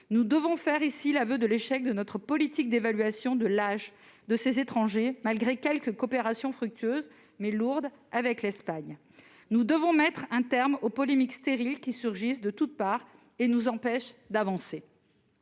Nous devons faire ici l'aveu de l'échec de notre politique d'évaluation de l'âge de ces étrangers, malgré quelques coopérations fructueuses, mais trop lourdes, avec l'Espagne. Il faut mettre un terme aux polémiques stériles qui surgissent de toutes parts et nous empêchent d'avancer.